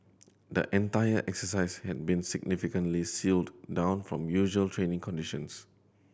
the entire exercise had been significantly sealed down from usual training conditions